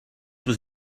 was